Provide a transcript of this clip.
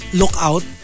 lookout